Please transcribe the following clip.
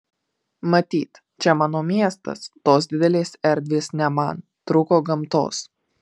matyt čia mano miestas tos didelės erdvės ne man trūko gamtos